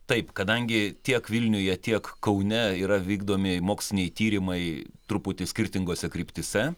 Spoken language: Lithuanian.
taip kadangi tiek vilniuje tiek kaune yra vykdomi moksliniai tyrimai truputį skirtingose kryptyse